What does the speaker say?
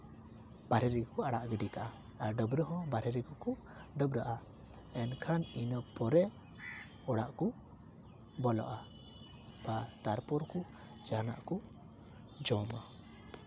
ᱵᱟᱦᱨᱮ ᱨᱮᱜᱮ ᱠᱚ ᱟᱲᱟᱜ ᱜᱤᱰᱤ ᱠᱟᱜᱼᱟ ᱟᱨ ᱰᱟᱹᱵᱽᱨᱟᱹ ᱦᱚᱸ ᱵᱟᱦᱨᱮ ᱨᱮᱜᱮ ᱠᱚ ᱰᱟᱹᱵᱽᱨᱟᱹᱜᱼᱟ ᱮᱱᱠᱷᱟᱱ ᱤᱱᱟᱹ ᱯᱚᱨᱮ ᱚᱲᱟᱜ ᱠᱚ ᱵᱚᱞᱚᱜᱼᱟ ᱛᱟᱨᱯᱚᱨ ᱠᱚ ᱡᱟᱦᱟᱱᱟᱜ ᱠᱚ ᱡᱚᱢᱟ